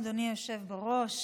שלום, אדוני היושב בראש,